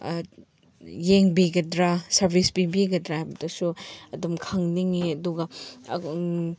ꯌꯦꯡꯕꯤꯒꯗ꯭ꯔꯥ service ꯄꯤꯕꯤꯒꯗ꯭ꯔꯥ ꯍꯥꯏꯕꯗꯨꯁꯨ ꯑꯗꯨꯝ ꯈꯪꯅꯤꯡꯉꯤ ꯑꯗꯨꯒ